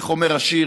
איך אומר השיר?